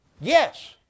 Yes